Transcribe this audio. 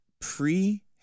pre